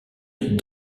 est